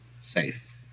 safe